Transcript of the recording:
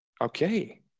Okay